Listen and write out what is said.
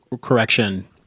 correction